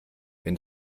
wenn